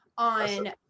On